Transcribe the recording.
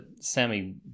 Sammy